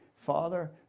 Father